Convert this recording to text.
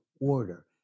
order